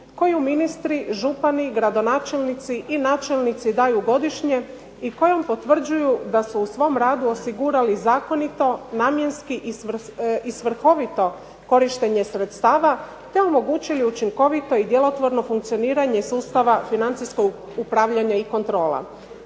koju ministri, župani, gradonačelnici i načelnici daju godišnje i kojom potvrđuju da su u svom radu osigurali zakonito, namjenski i svrhovito korištenje sredstava te omogućili učinkovito i djelotvorno funkcioniranje sustava financijskog upravljanja i kontrola.